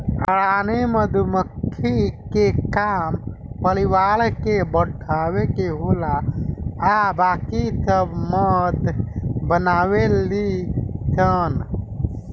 रानी मधुमक्खी के काम परिवार के बढ़ावे के होला आ बाकी सब मध बनावे ली सन